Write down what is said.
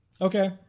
okay